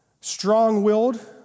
strong-willed